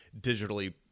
digitally